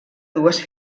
dues